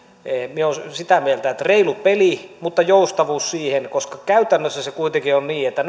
minä olen sitä mieltä että reilu peli mutta joustavuus siihen koska se kuitenkin on niin että